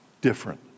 different